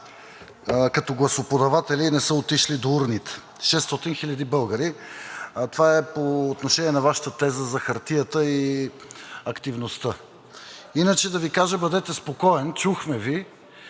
като гласоподаватели – не са отишли до урните. Шестотин хиляди българи! Това е по отношение на Вашата теза за хартията и активността. Иначе да Ви кажа – бъдете спокоен, чухме Ви.